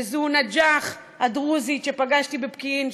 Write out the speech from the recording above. וזו נג'אח הדרוזית שפגשתי בפקיעין,